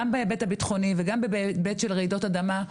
גם בהיבט הבטחוני וגם בהיבט של רעידות אדמהו